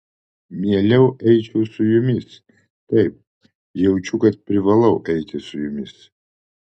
mieliau eičiau su jumis taip jaučiu kad privalau eiti su jumis